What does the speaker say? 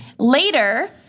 Later